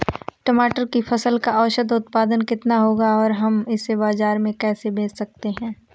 टमाटर की फसल का औसत उत्पादन कितना होगा और हम इसे बाजार में कैसे बेच सकते हैं?